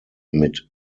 mit